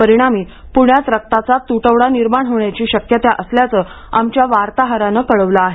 परिणामी पुण्यात रक्ताचा तुटवडा निर्माण होण्याची शक्यता असल्याचं आमच्या वार्ताहरानं कळवलं आहे